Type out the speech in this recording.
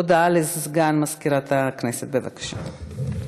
הודעה לסגן מזכירת הכנסת, בבקשה.